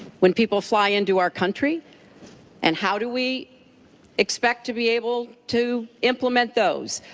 when people fly into our country and how do we expect to be able to implement those?